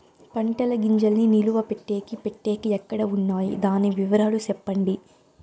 పంటల గింజల్ని నిలువ పెట్టేకి పెట్టేకి ఎక్కడ వున్నాయి? దాని వివరాలు సెప్పండి?